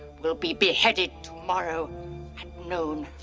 will be beheaded tomorrow at noon.